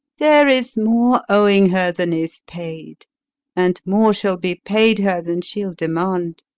there is more owing her than is paid and more shall be paid her than she'll demand.